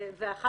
אני